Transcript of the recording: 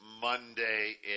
Monday